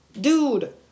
dude